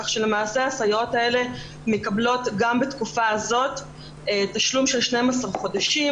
כך שלמעשה הסייעות האלה מקבלות גם בתקופה הזאת תשלום של 12 חודשים.